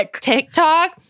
TikTok